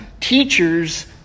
teachers